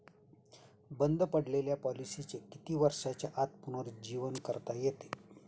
बंद पडलेल्या पॉलिसीचे किती वर्षांच्या आत पुनरुज्जीवन करता येते?